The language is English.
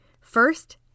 First